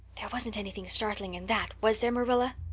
there wasn't anything startling in that, was there, marilla?